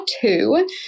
two